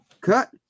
cut